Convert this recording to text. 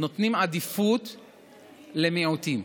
נותנים עדיפות למיעוטים.